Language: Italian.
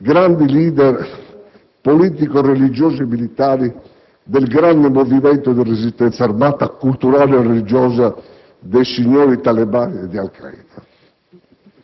grandi *leader* politico-religiosi-militari del grande movimento di resistenza armata, culturale e religiosa dei signori talebani e di Al Qaeda?